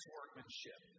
workmanship